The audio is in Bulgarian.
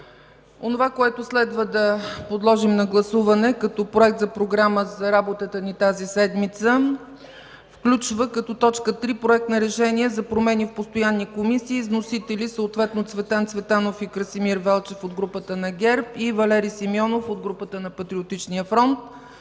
Онова, което следва да подложим на гласуване като Проект за програма за работата ни тази седмица включва: 3. Проекти на решения за промени в постоянни комисии. Вносители – Цветан Цветанов и Красимир Велчев от групата на ГЕРБ, и Валери Симеонов – от групата на Патриотичния фронт.